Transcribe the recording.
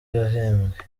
yahembwe